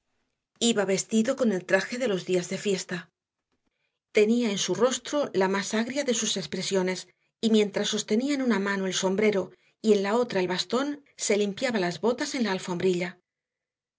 iba vestido con el traje de los días de fiesta tenía en su rostro la más agria de sus expresiones y mientras sostenía en una mano el sombrero y en la otra el bastón se limpiaba las botas en la alfombrilla